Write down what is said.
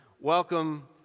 welcome